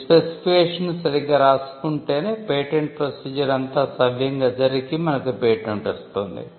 ఈ స్పెసిఫికేషన్ సరిగ్గా రాసుకుంటేనే పేటెంట్ ప్రొసీజర్ అంతా సవ్యంగా జరిగి మనకు పేటెంట్ వస్తుంది